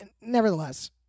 Nevertheless